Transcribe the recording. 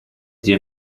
zio